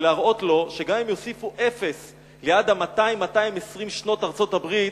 ולהראות לו שגם אם יוסיפו אפס ליד ה-200 220 שנות ארצות-הברית,